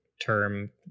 term